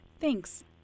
Thanks